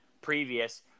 previous